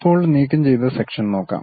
ഇപ്പോൾ നീക്കംചെയ്ത സെക്ഷൻ നോക്കാം